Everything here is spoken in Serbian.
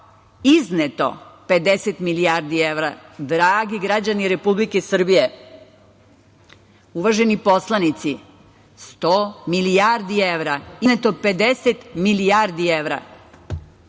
izneto 50 milijardi evra. Dragi građani Republike Srbije, uvaženi poslanici, 100 milijardi evra, izneto 50 milijardi evra. Da